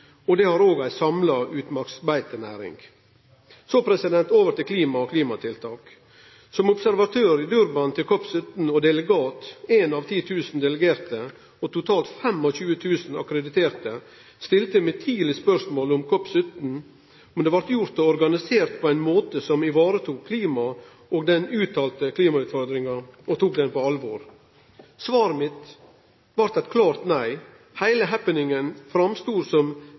og det har òg ei samla utmarksbeitenæring. Så over til klima og klimatiltak. Som observatør i Durban til COP17 og delegat, éin av 10 000 delegerte og totalt 25 000 akkrediterte, stilte eg meg tidleg spørsmålet om COP17 blei organisert på ein måte som varetok klimaet og den klare utfordringa på alvor. Svaret mitt var eit klart nei, heile happeningen stod fram som